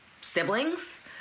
siblings